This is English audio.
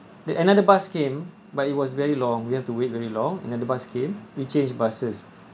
the another bus came but it was very long we have to wait very long and then the bus came we changed buses